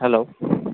hello